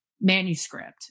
manuscript